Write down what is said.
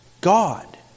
God